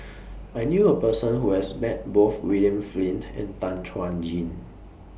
I knew A Person Who has Met Both William Flint and Tan Chuan Jin